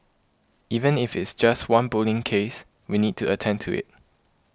even if it's just one bullying case we need to attend to it